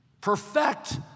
Perfect